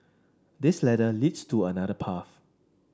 this ladder leads to another path